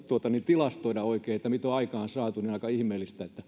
tilastoida oikein niin on aika ihmeellistä